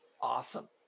awesome